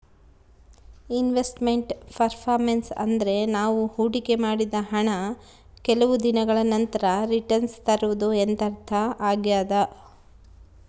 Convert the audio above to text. invest made performance ಅಂದ್ರೆ ನಾವು ಹೊಡಿಕೆ ಮಾಡಿದ ಹಣ ಕೆಲವು ದಿನಗಳ ನಂತರ ರಿಟನ್ಸ್ ತರುವುದು ಎಂದರ್ಥ ಆಗ್ಯಾದ